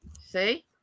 See